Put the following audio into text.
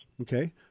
Okay